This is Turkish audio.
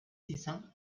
nisan